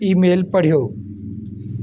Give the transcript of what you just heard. email पढ़ियो